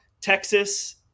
Texas